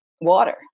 water